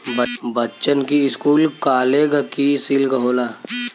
बच्चन की school college की सिल्क होला